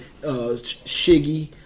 Shiggy